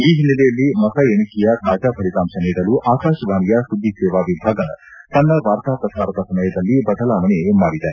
ಈ ಹಿನ್ನೆಲೆಯಲ್ಲಿ ಮತ ಎಣಿಕೆಯ ತಾಜಾ ಫಲಿತಾಂಶ ನೀಡಲು ಆಕಾಶವಾಣಿಯ ಸುದ್ದಿ ಸೇವಾ ವಿಭಾಗ ತನ್ನ ವಾರ್ತಾ ಪ್ರಸಾರದ ಸಮಯದಲ್ಲಿ ಬದಲಾವಣೆ ಮಾಡಿದೆ